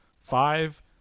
Five